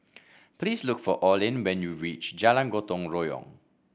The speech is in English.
please look for Orlin when you reach Jalan Gotong Royong